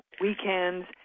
weekends